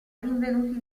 rinvenuti